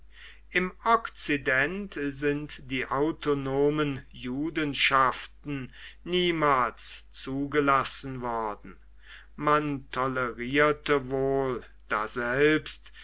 im okzident sind die autonomen judenschaften niemals zugelassen worden man tolerierte wohl daselbst